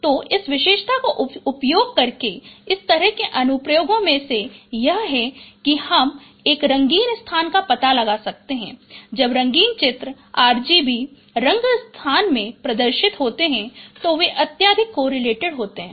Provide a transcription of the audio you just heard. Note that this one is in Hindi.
तो इस विशेषता का उपयोग करके इस तरह के अनुप्रयोगों में से एक यह है कि हम नए रंगीन स्थान का पता लगा सकते हैं जब रंगीन चित्र RGB रंग स्थान में पदर्शित होते हैं तो वे अत्यधिक कोरिलेटेड होते हैं